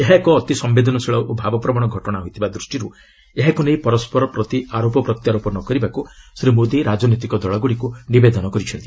ଏହା ଏକ ଅତି ସମ୍ପେଦନଶୀଳ ଓ ଭାବପ୍ରବଣ ଘଟଣା ହୋଇଥିବା ଦୃଷ୍ଟିରୁ ଏହାକୁ ନେଇ ପରସ୍କର ପ୍ରତି ଆରୋପ ପ୍ରତ୍ୟାରୋପ ନ କରିବାକୁ ଶ୍ରୀ ମୋଦି ରାଜନୈତିକ ଦଳଗୁଡ଼ିକୁ ନିବେଦନ କରିଛନ୍ତି